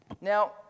Now